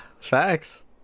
facts